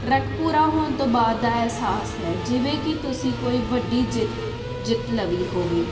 track ਪੂਰਾ ਹੋਣ ਤੋਂ ਬਾਅਦ ਅਹਿਸਾਸ ਹੈ ਜਿਵੇਂ ਕਿ ਤੁਸੀਂ ਕੋਈ ਵੱਡੀ ਜਿੱਤ ਜਿੱਤ ਲਈ ਹੋਵੇ